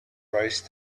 braced